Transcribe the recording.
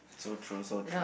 so true so true